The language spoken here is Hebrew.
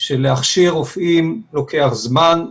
שלהכשיר רופאים לוקח זמן,